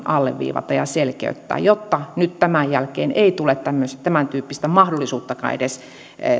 alleviivata ja selkeyttää jotta nyt tämän jälkeen ei tule tämäntyyppistä edes mahdollisuuttakaan